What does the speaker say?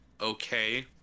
okay